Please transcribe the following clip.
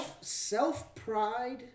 Self-pride